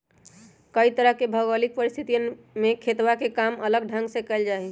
कई तरह के भौगोलिक परिस्थितियन में खेतवा के काम अलग ढंग से कइल जाहई